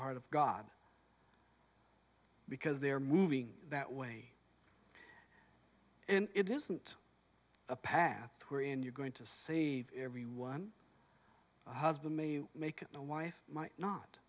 heart of god because they're moving that way and it isn't a path where and you're going to save everyone a husband may make a wife might not